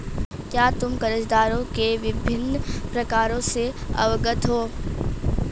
क्या तुम कर्जदारों के विभिन्न प्रकारों से अवगत हो?